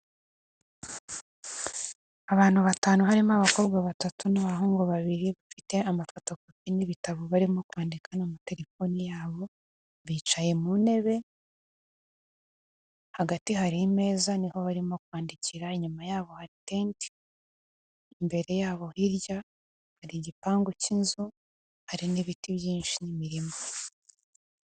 Abantu batanu harimo abakobwa batatu n'abahungu babiri bafite amafotopi n'ibitabo barimo kwandika n'amatelefoni yabo, bicaye mu ntebe hagati hari imeza niho barimo kwandikira, inyuma yabo hatend imbere yabo hirya hari igipangu k'inzu hari n'ibiti byinshi n'imirima.